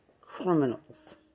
criminals